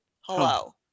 hello